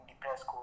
depressed